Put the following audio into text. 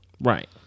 Right